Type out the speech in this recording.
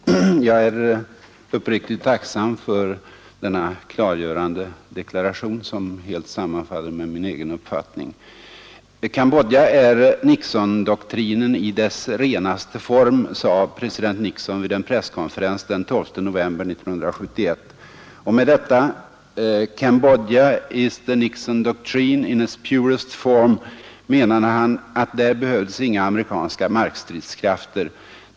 Herr talman! Jag är uppriktigt tacksam för denna klargörande deklaration, som helt sammanfaller med min egen uppfattning. ”Cambodja är Nixondoktrinen i dess renaste form”, sade president Nixon vid en presskonferens den 12 november 1971. Och med detta — ”Cambodia is the Nixon doctrine in its purest form” — menade han att där behövdes inga amerikanska markstridskrafter.